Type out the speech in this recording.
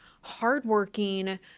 hardworking